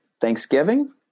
Thanksgiving